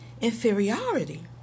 inferiority